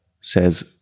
says